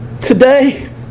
Today